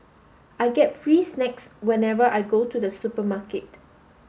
I get free snacks whenever I go to the supermarket